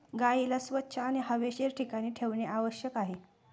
गाईला स्वच्छ आणि हवेशीर ठिकाणी ठेवणे आवश्यक आहे